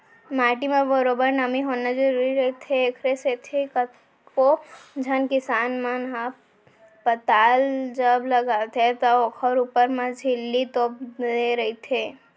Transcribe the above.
माटी म बरोबर नमी होना जरुरी रहिथे, ओखरे सेती कतको झन किसान मन ह पताल जब लगाथे त ओखर ऊपर म झिल्ली तोप देय रहिथे